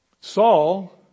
Saul